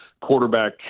quarterback